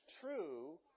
true